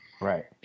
Right